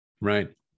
Right